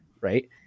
right